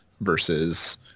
versus